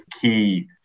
key